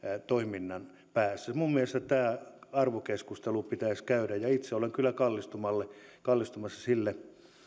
toiminnan päässä minun mielestäni tämä arvokeskustelu pitäisi käydä ja itse olen kyllä kallistumassa kallistumassa sille